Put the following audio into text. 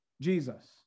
Jesus